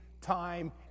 time